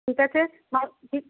ঠিক আছে